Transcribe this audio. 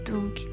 Donc